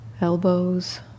elbows